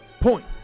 point